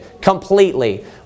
completely